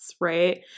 right